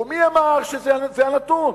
ומי אמר שזה הנתון?